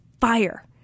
fire